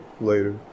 later